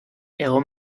hego